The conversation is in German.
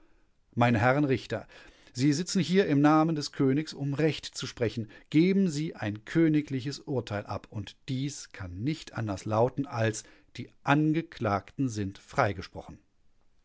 meine herren richter sie sitzen hier im namen des königs um recht zu sprechen geben sie ein königliches urteil ab und dies kann nicht anders lauten als die angeklagten sind freigesprochen